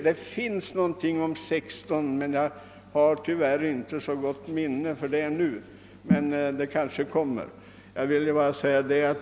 Det finns någonting om sexton, men jag har tyvärr inte så gott minne av det nu, men det kanske kommer.